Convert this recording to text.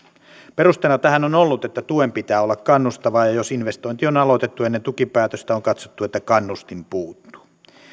perusteena tähän on ollut että tuen pitää olla kannustavaa ja jos investointi on aloitettu ennen tukipäätöstä on katsottu että kannustin puuttuu